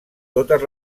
totes